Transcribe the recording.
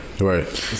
Right